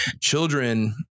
children